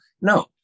No